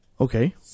Okay